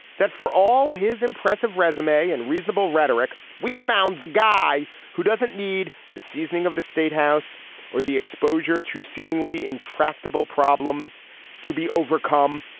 that for all his impressive resume and reasonable rhetoric. we have found the guy who doesn't need the seasoning of the statehouse or the exposure to seemingly intractable problems to be overcome.